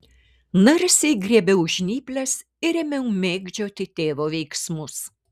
narsiai griebiau žnyples ir ėmiau mėgdžioti tėvo veiksmus